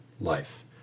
Life